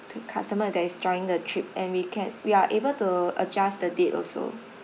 customer that is joining the trip and we can we are able to adjust the date also